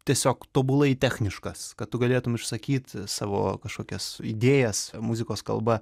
tiesiog tobulai techniškas kad tu galėtum išsakyt savo kažkokias idėjas muzikos kalba